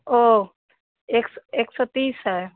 वह एक स एक सौ तीस है